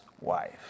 wife